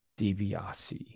DiBiase